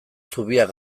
zubiak